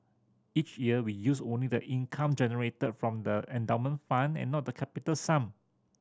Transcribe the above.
each year we use only the income generated from the endowment fund and not the capital sum